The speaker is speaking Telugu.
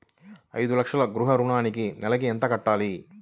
ఐదు లక్షల గృహ ఋణానికి నెలకి ఎంత కట్టాలి?